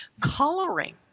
coloring